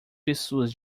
pessoas